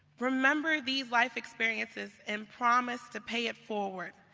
remember these life experiences and promise to pay it forward,